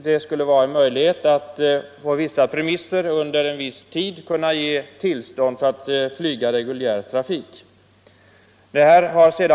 Det skulle skapa en möjlighet att på vissa premisser under en viss tid ge tillstånd att flyga reguljär trafik.